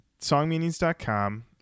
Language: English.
Songmeanings.com